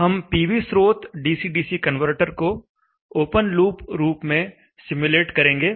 हम पीवी स्रोत DC DC converter को ओपन लूप रूप में सिम्युलेट करेंगे